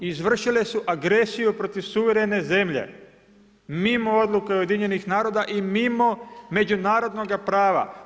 Izvršili su agresiju protiv suverene zemlje mimo odluke UN-a i mimo međunarodnoga prava.